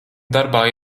darbā